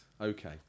Okay